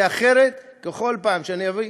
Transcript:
כי אחרת בכל פעם שאני אביא,